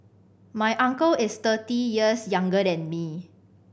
my uncle is thirty years younger than me